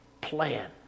plan